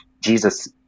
Jesus